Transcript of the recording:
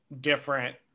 different